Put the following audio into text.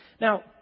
Now